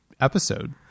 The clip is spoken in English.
Episode